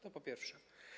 To po pierwsze.